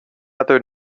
other